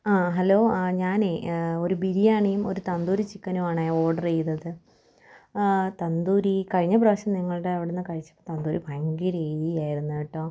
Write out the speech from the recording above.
ആ ഹലോ ആ ഞാനേ ഒരു ബിരിയാണിയും ഒരു തന്തൂരി ചിക്കനുമാണെ ഓർഡർ ചെയ്തത് തന്തൂരി കഴിഞ്ഞ പ്രാവശ്യം നിങ്ങളുടെ അവിടെ നിന്നു കഴിച്ച തന്തൂരി ഭയങ്കര എരിയായിരുന്നു കേട്ടോ